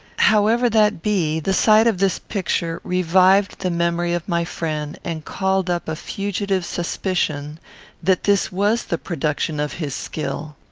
however that be, the sight of this picture revived the memory of my friend and called up a fugitive suspicion that this was the production of his skill.